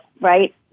Right